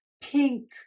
pink